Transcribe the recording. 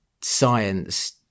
science